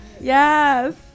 yes